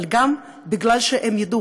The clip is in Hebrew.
אבל גם בגלל שהם ידעו